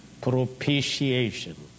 propitiation